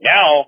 Now